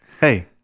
Hey